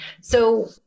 So-